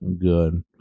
good